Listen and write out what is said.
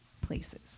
places